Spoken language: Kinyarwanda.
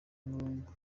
murongo